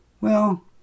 Well